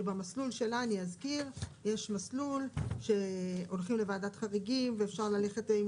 שבמסלול שלה יש מסלול שהולכים לוועדת חריגים ואם